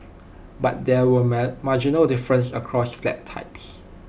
but there were marginal differences across flat types